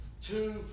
two